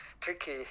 Tricky